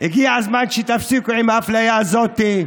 הגיע הזמן שתפסיקו עם האפליה הזאת.